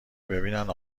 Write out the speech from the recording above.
ببینن